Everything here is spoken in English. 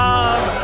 Love